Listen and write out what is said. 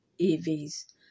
EVs